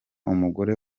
umugore